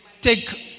take